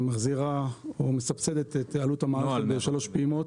שמחזירה או מסבסדת את עלות המערכת בשלוש פעימות.